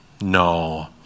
No